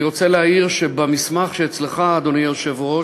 אני רוצה להעיר שבמסמך שאצלך, אדוני היושב-ראש,